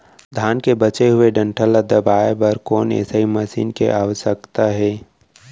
धान के बचे हुए डंठल ल दबाये बर कोन एसई मशीन के आवश्यकता हे?